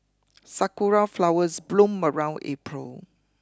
sakura flowers bloom around April